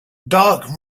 dark